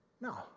No